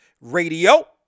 Radio